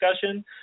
discussion